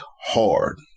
hard